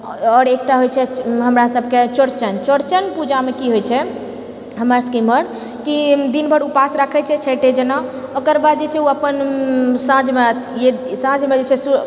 आओर एकटा होइत छै हमरा सबके चौड़चन चौड़चन पूजामे की होइत छै हमरा सबके इमहर कि दिनभर उपास राखैत छै छठे जेना ओकर बाद जे छै ओ अपन साँझ साँझमे जे छै